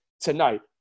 tonight